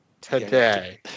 today